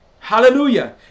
Hallelujah